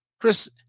Chris